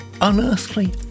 unearthly